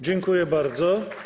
Dziękuję bardzo.